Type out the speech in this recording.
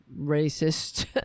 racist